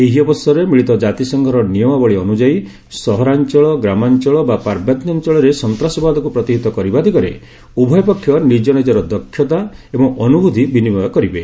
ଏହି ଅବସରରେ ମିଳିତ ଜାତିସଂଘର ନିୟମାବଳୀ ଅନୁଯାୟୀ ସହରାଞ୍ଚଳ ଗ୍ରାମାଞ୍ଚଳ ବା ପାର୍ବତ୍ୟାଞ୍ଚଳରେ ସନ୍ତାସବାଦକୁ ପ୍ରତିହତ କରିବା ଦିଗରେ ଉଭୟପକ୍ଷ ନିଜ ନିଜର ଦକ୍ଷତା ଏବଂ ଅନୁଭୂତି ବିନିମୟ କରିବେ